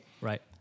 Right